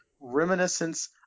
reminiscence